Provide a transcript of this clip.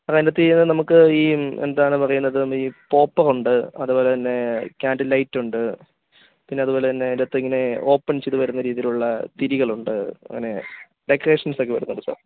അത് അതിന്റെയകത്ത് ഈ നമുക്ക് ഈ എന്താണ് പറയുന്നത് ഈ പോപ്പറുണ്ട് അതുപോലെ തന്നെ ഈ കാൻറില് ലൈറ്റ് ഉണ്ട് പിന്നെ അതുപോലെതന്നെ അതിന്റെയകത്തിങ്ങനെ ഓപ്പൺ ചെയ്തുവരുന്ന രീതിയിലുള്ള തിരികളുണ്ട് അങ്ങനെ ഡക്കറേഷൻസൊക്കെ വരുന്നുണ്ട് സാർ